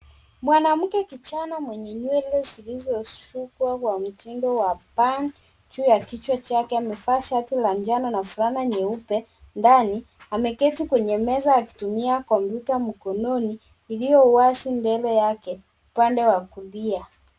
Mwanamke kijana mwenye nywele zilizoshukwa kwa mtindo wa bun juu ya kichwa chake amevaa shati la njano na fulana nyeupe ndani, ameketi kwenye meza akitumia komputa mkononi iliyowazi mbele yake upande wa kulia.